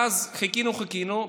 אז חיכינו וחיכינו,